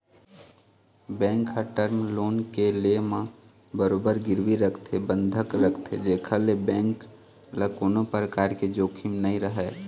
bank ह term loan के ले म बरोबर गिरवी रखथे बंधक रखथे जेखर ले बेंक ल कोनो परकार के जोखिम नइ रहय